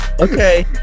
okay